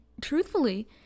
truthfully